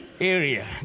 area